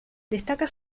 destaca